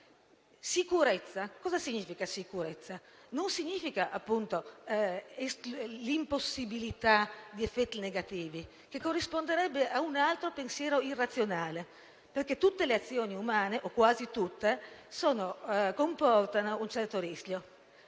Sicurezza: cosa significa sicurezza? Non significa l'impossibilità di effetti negativi, che corrisponderebbe a un altro pensiero irrazionale, perché tutte o quasi tutte le azioni umane comportano un certo rischio.